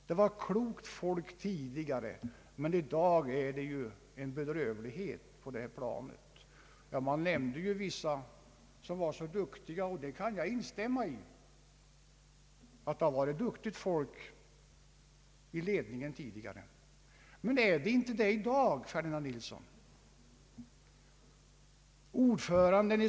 Där satt klokt folk tidigare, men i dag råder bedrövliga förhållanden. Han nämnde också en del duktiga personer som tidigare suttit i förbundsledningen, ett omdöme som jag instämmer i. Men förhåller det sig inte så också i dag, herr Ferdinand Nilsson?